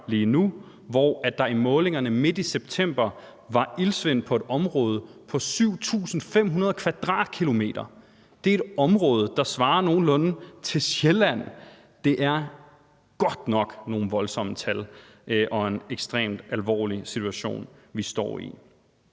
lige nu, hvor der ifølge målingerne fra midt i september var et område med iltsvind på 7.500 km². Det er et område, der svarer nogenlunde til Sjælland, og det er godt nok nogle voldsomme tal og en ekstremt alvorlig situation, vi står i.